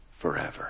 forever